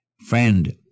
Friend